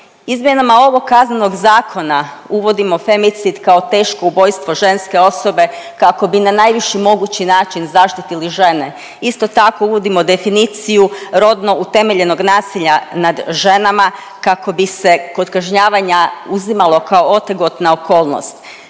Izmjenama ovog Kaznenog zakona uvodimo femicid kao teško ubojstvo ženske osobe kako bi na najviši mogući način zaštitili žene. Isto tako, uvodimo definiciju rodno utemeljenog nasilja nad ženama kako bi se kod kažnjavanja uzimalo kao otegotna okolnost.